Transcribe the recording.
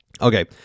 Okay